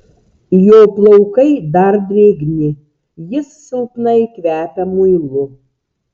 jo plaukai dar drėgni jis silpnai kvepia muilu